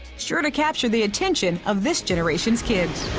sure to capture the attention of this generation's kids.